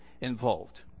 involved